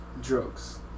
drugs